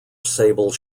sable